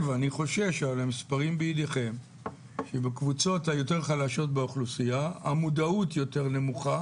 חושש שבקבוצות היותר חלשות באוכלוסייה המודעות יותר נמוכה